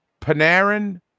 Panarin